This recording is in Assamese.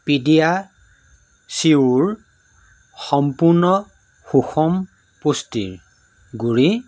পিডিয়াচিয়োৰ সম্পূৰ্ণ সুষম পুষ্টিৰ গুড়ি